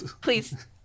please